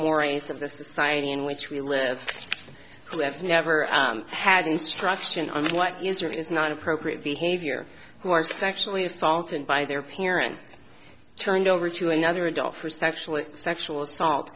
mores of the society in which we live we have never had an instruction on what is written is not appropriate behavior who are sexually assaulted by their parents turned over to another adult for sexual sexual assault